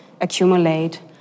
accumulate